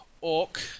orc